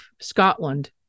scotland